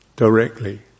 directly